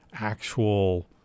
actual